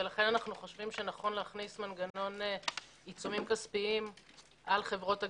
לכן אנו חושבים שיש להכניס מנגנון עיצומים כספיים על חברות הגבייה.